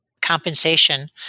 compensation